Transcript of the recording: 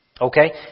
Okay